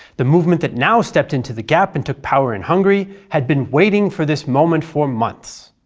the movement that now stepped into the gap and took power in hungary had been waiting for this moment for months.